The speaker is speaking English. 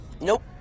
Nope